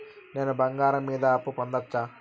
నేను బంగారం మీద అప్పు పొందొచ్చా?